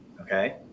okay